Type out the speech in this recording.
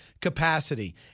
capacity